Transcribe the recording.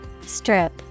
Strip